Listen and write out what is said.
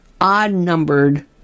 odd-numbered